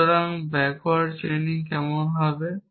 সুতরাং backward chaining কেমন হবে